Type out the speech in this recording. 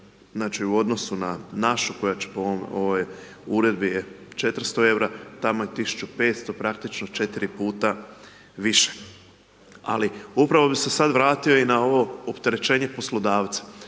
u odnosu na našu koja će po ovoj uredbi 400 eura, tamo je 1500, praktički 4 puta više ali upravo bi se sad vratio i ovo opterećenje poslodavca.